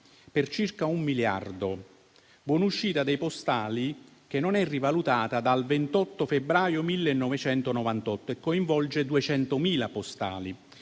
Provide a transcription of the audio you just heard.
per circa un miliardo. Buonuscita dei postali che non è rivalutata dal 28 febbraio 1998 e coinvolge 200.000 postali.